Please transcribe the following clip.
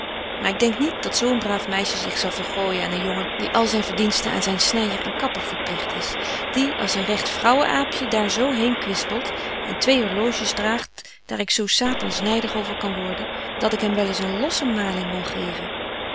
maar ik denk niet dat zo een braaf meisje zich zal vergooijen aan een jongen die al zyn verdiensten aan zyn snyer en kapper verpligt is die als een regt vrouwenaapje daar zo heen kwispelt en twee orloges draagt daar ik zo satans nydig over kan worden dat ik hen wel eens een losse maling wou geven